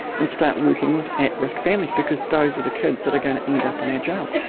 and start working with at-risk families, because those are the kids that are going to end up in our jails.